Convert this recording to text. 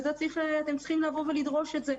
פה צריכים לבוא ולדרוש אותם.